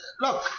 look